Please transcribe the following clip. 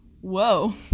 whoa